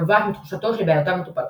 הנובעת מתחושתו שבעיותיו מטופלות.